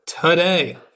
today